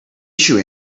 issue